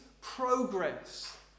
progress